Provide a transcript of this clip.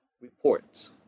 Reports